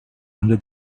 under